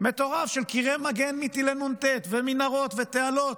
מטורף של קירות מגן מטילי נ"ט ומנהרות ותעלות.